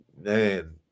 Man